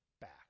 back